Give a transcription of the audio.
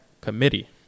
committee